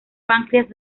páncreas